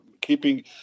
keeping